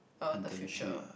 uh the future